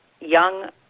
young